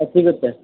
ಅದು ಸಿಗುತ್ತೆ